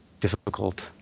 difficult